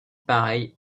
pareille